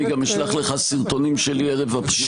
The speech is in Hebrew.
אני גם אשלח לך סרטונים שלי ערב הבחירות.